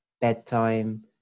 bedtime